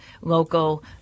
local